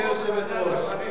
גברתי היושבת-ראש,